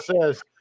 says